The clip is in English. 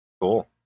Cool